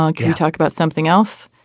um can you talk about something else.